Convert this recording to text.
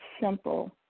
simple